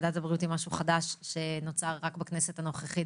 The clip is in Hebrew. ועדת הבריאות היא משהו חדש שנוצר רק בכנסת הנוכחית,